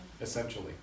essentially